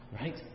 right